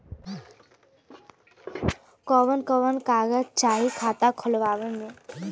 कवन कवन कागज चाही खाता खोलवावे मै?